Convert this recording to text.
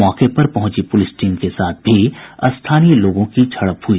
मौके पर पहुंची पुलिस टीम के साथ भी स्थानीय लोगों की झड़प हुई